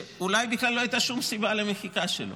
ואולי בכלל לא הייתה שום סיבה למחיקה שלו,